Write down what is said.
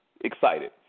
excited